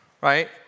Right